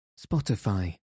Spotify